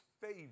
favor